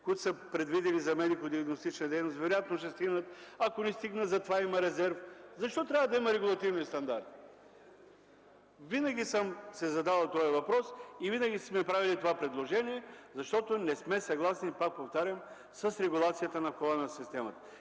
които са предвидени за медикодиагностична дейност вероятно ще стигнат, а ако не стигнат – затова има резерв. Защо трябва да има регулативни стандарти? Винаги съм си задавал този въпрос и винаги сме правили това предложение, защото не сме съгласни, пак повтарям, с регулацията на входа на системата.